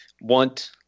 want